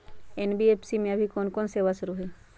NBFC में अभी कोन कोन सेवा शुरु हई?